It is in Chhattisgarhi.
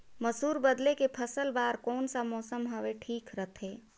मसुर बदले के फसल बार कोन सा मौसम हवे ठीक रथे?